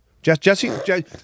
Jesse